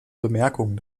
bemerkungen